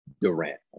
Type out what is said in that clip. Durant